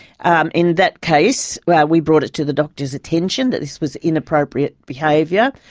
um in that case, we brought it to the doctor's attention that this was inappropriate behaviour.